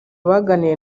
bagiranye